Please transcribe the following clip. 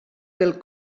pel